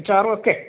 അച്ചാറും ഒക്കെ